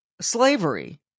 slavery